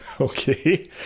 okay